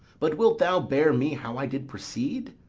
but wilt thou bear me how i did proceed?